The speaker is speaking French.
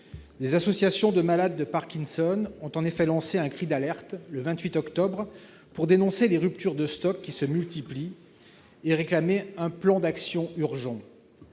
Des associations de malades de Parkinson ont en effet lancé un cri d'alerte, le 28 octobre dernier, pour dénoncer les ruptures de stock qui se multiplient et réclamer un « plan d'action urgent